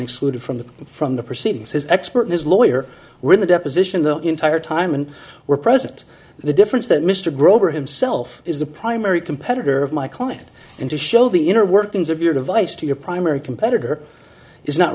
excluded from the from the proceedings his expert his lawyer were in the deposition the entire time and were present the difference that mr grover himself is the primary competitor of my client and to show the inner workings of your device to your primary competitor is not